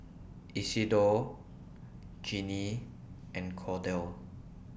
Isidore Jeannine and Cordell